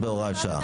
עו"ד סומך,